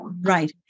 Right